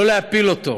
לא להפיל אותו.